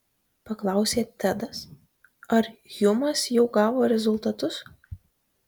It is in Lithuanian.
paklausė tedas ar hjumas jau gavo rezultatus